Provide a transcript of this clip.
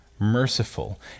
merciful